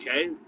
okay